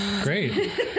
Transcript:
Great